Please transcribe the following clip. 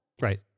Right